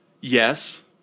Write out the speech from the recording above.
Yes